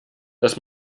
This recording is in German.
dass